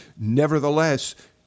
Nevertheless